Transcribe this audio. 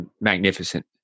magnificent